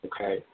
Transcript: okay